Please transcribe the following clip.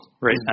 right